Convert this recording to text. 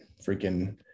freaking